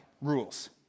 rules